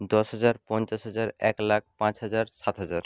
দশ হাজার পঞ্চাশ হাজার এক লাখ পাঁচ হাজার সাত হাজার